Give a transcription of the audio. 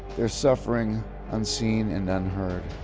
their suffering unseen and unheard.